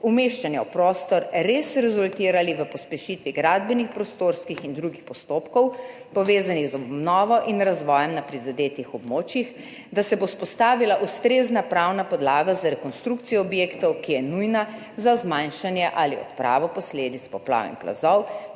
umeščanja v prostor res rezultirali v pospešitvi gradbenih, prostorskih in drugih postopkov, povezanih z obnovo in razvojem na prizadetih območjih, da se bo vzpostavila ustrezna pravna podlaga za rekonstrukcijo objektov, ki je nujna za zmanjšanje ali odpravo posledic poplav in plazov,